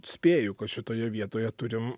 spėju kad šitoje vietoje turim